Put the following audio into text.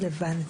רלוונטית.